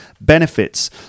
benefits